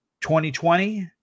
2020